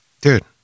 dude